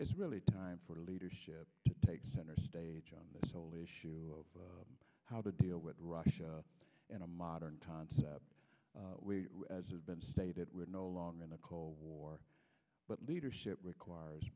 it's really time for the leadership to take center stage on this whole issue of how to deal with russia in a modern times up as has been stated we're no longer in a cold war but leadership requires